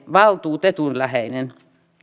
valtuutetun läheinen niin